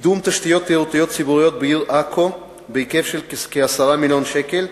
קידום תשתיות תיירותיות ציבוריות בעיר עכו בהיקף של כ-10 מיליון שקל,